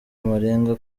amarenga